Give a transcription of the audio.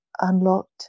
Unlocked